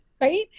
right